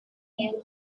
new